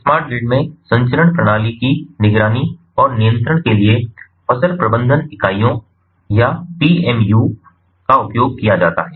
smart grid में संचरण प्रणाली की निगरानी और नियंत्रण के लिए फसर प्रबंधन इकाइयों या पीएमयू को उपयोग किया जाता है